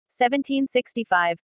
1765